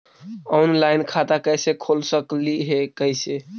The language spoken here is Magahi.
ऑनलाइन खाता कैसे खोल सकली हे कैसे?